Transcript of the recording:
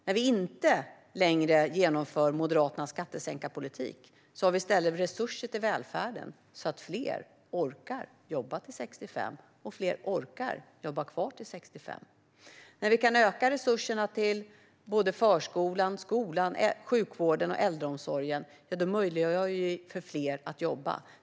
När vi inte längre genomför Moderaternas skattesänkarpolitik har vi i stället resurser till välfärden så att fler orkar jobba kvar till 65. När vi kan öka resurserna till förskolan, skolan, sjukvården och äldreomsorgen möjliggör vi för fler att jobba.